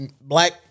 black